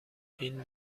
این